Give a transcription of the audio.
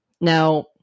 Now